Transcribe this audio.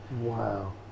wow